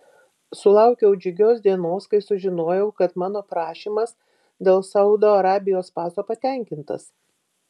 sulaukiau džiugios dienos kai sužinojau kad mano prašymas dėl saudo arabijos paso patenkintas